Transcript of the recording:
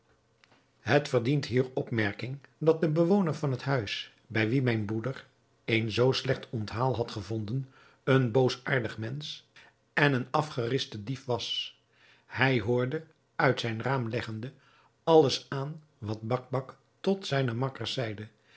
het verdient hier opmerking dat de bewoner van het huis bij wien mijn broeder een zoo slecht onthaal had gevonden een boosaardig mensch en een afgeriste dief was hij hoorde uit zijn raam leggende alles aan wat bakbac tot zijne makkers zeide